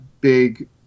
big